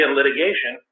litigation